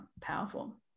powerful